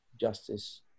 justice